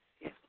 Yes